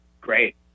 Great